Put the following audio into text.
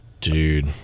dude